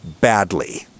badly